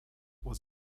was